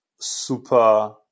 super